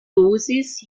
dosis